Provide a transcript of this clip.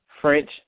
French